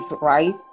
right